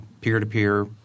peer-to-peer